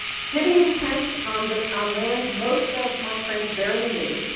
sitting in tents on the, on lands most of my friends barely knew,